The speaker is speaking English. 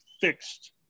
fixed